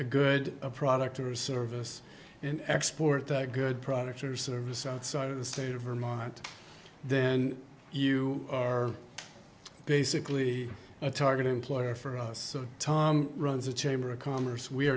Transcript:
a good product or service and export that good product or service outside of the state of vermont then you are basically a target employer for us tom runs the chamber of commerce we